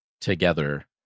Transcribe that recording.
together